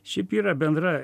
šiaip yra bendra